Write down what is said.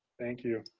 thank you.